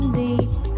deep